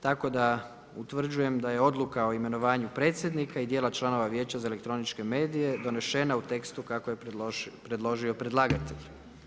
Tako da utvrđujem da je Odluka o imenovanju predsjednika i dijela članova Vijeća za elektroničke medije donešena u tekstu kako je predložio predlagatelj.